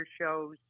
shows